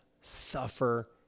suffer